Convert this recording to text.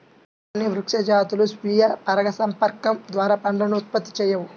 కొన్ని వృక్ష జాతులు స్వీయ పరాగసంపర్కం ద్వారా పండ్లను ఉత్పత్తి చేయవు